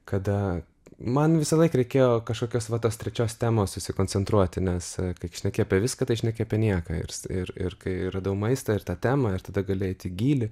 kada man visąlaik reikėjo kažkokios va tos trečios temos susikoncentruoti nes kai šneki apie viską tai šneki apie nieką ir ir kai radau maistą ir tą temą ir tada gali eit į gylį